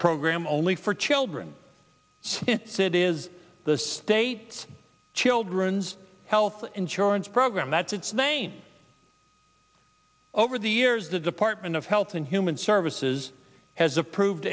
program only for children that is the state children's health insurance program that's its name over the years the department of health and human services has approved